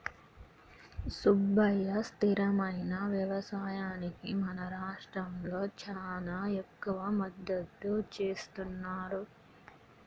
సుబ్బయ్య స్థిరమైన యవసాయానికి మన రాష్ట్రంలో చానా ఎక్కువ మద్దతు సేస్తున్నారు